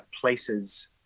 places